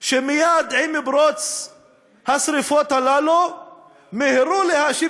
שמייד עם פרוץ השרפות הללו מיהרו להאשים